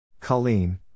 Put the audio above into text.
Colleen